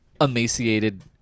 emaciated